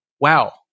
wow